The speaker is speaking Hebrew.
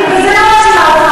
אני בזה לא מאשימה אותך,